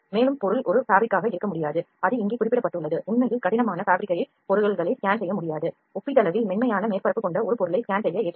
மேலும் பொருள் ஒரு fabric காக இருக்க முடியாது அது இங்கே குறிப்பிடப்பட்டுள்ளது உண்மையில் கடினமான fabricயைக் பொருள்களை ஸ்கேன் செய்ய முடியாது ஒப்பீட்டளவில் மென்மையான மேற்பரப்பு கொண்ட ஒரு பொருளை ஸ்கேன் செய்ய ஏற்றது